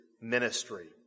ministry